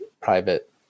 private